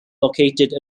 located